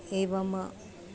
एवम्